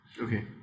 Okay